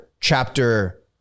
chapter